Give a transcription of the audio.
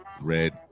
red